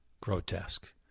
grotesque